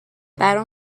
برام